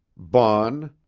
baughn,